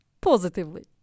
positively